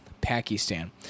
Pakistan